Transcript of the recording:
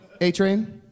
A-Train